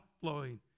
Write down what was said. flowing